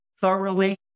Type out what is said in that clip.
thoroughly